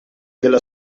della